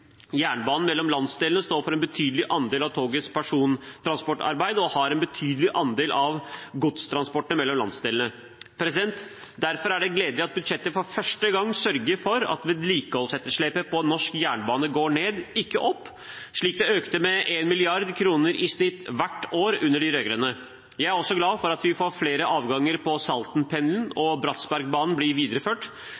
Jernbanen mellom landsdelene står for en betydelig andel av togets persontransportarbeid og har en betydelig andel av godstransporten mellom landsdelene. Derfor er det gledelig at budsjettet for første gang sørger for at vedlikeholdsetterslepet på norsk jernbane går ned, ikke opp, slik det økte med 1 mrd. kr i snitt hvert år under de rød-grønne. Jeg er også glad for at vi får flere avganger på Saltenpendelen, og